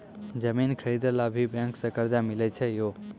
जमीन खरीदे ला भी बैंक से कर्जा मिले छै यो?